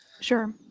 Sure